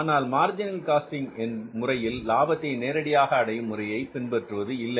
ஆனால் marginal costing முறையில் லாபத்தை நேரடியாக அடையும் முறையை பின்பற்றுவது இல்லை